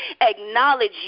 acknowledge